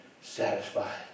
Satisfied